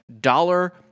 dollar